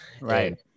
Right